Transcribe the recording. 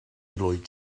lloyd